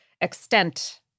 extent